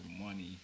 money